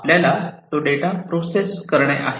आपल्याला तो data process करणे आहे